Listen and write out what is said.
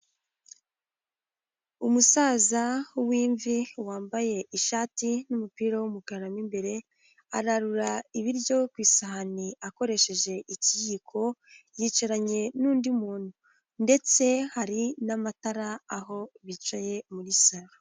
Umusaza w'imvi wambaye ishati n'umupira w'umukara mo imbere, ararura ibiryo ku isahani akoresheje ikiyiko, yicaranye n'undi muntu ndetse hari n'amatara aho bicaye muri saro.